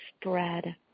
spread